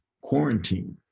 quarantine